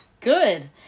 Good